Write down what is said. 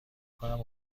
کنم